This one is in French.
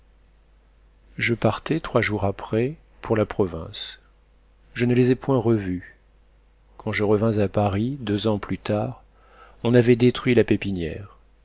je partais trois jours après pour la province je ne les ai point revus quand je revins à paris deux ans plus tard on avait détruit la pépinière